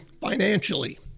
financially